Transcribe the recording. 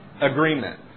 agreement